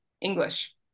English